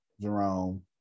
Jerome